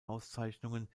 auszeichnungen